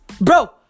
Bro